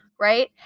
Right